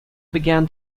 began